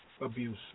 abuse